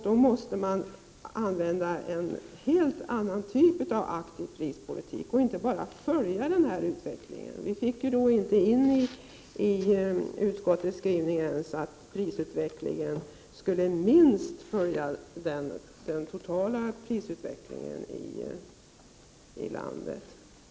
Då måste man använda en helt annan typ av aktiv prispolitik, inte bara följa utvecklingen. Vi fick inte in i utskottsskrivningen att prisutvecklingen skulle minst följa den totala prisutvecklingen i landet.